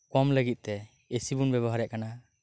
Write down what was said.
ᱠᱚᱢ ᱞᱟᱹᱜᱤᱫ ᱛᱮ ᱮᱥᱤ ᱵᱚᱱ ᱵᱮᱵᱚᱦᱟᱨ ᱮᱫ ᱠᱟᱱᱟ